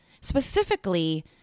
Specifically